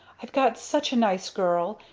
i've got such a nice girl!